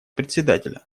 председателя